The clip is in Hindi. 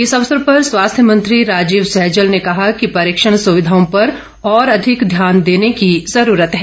इस अवसर पर स्वास्थ्य मंत्री राजीव सैजल ने कहा कि परीक्षण सुविधाओं पर और अधिक ध्यान देने की जरूरत है